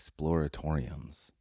exploratoriums